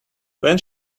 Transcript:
when